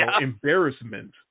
embarrassment